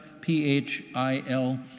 P-H-I-L